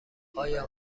آیا